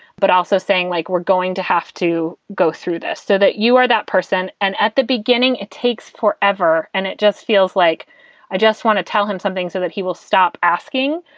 but also saying, like, we're going to have to go through this so that you are that person. and at the beginning beginning it takes forever. and it just feels like i just want to tell him something so that he will stop asking.